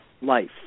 life